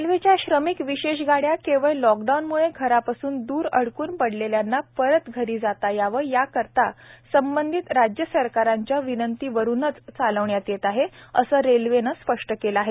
रेल्वेच्या श्रमिक विशेष गाड्या केवळ लॉकडाऊनम्ळे घरापासून दूर अडकून पडलेल्यांना परत घरी जाता यावं याकरता संबंधित राज्यसरकारांच्या विनंतीवरुनच चालवण्यात येत आहेत असं रेल्वेने स्पष्ट केलं आहे